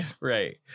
Right